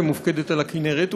שמופקדת על הכינרת,